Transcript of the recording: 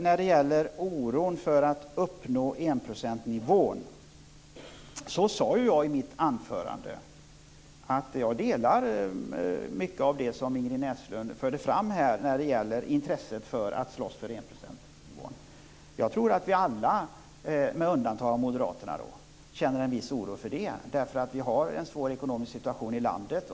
När det gäller oron för att inte uppnå enprocentsnivån sade jag i mitt anförande att jag delar mycket av det som Ingrid Näslund förde fram i fråga om intresset för att slåss för enprocentsnivån. Jag tror att vi alla med undantag av Moderaterna känner en viss oro för det, eftersom vi har en svår ekonomisk situation i landet.